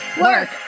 Work